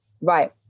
right